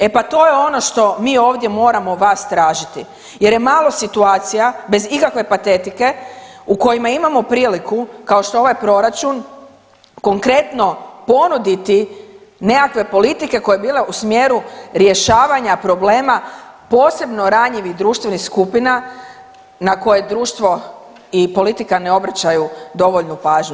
E pa to je ono što mi ovdje moramo vas tražiti jer je malo situacija bez ikakve patetike u kojima imamo priliku kao što ovaj proračun konkretno ponuditi nekakve politike koje bi bile u smjeru rješavanja problema posebno ranjivih društvenih skupina na koje društvo i politika ne obraćaju dovoljnu pažnju.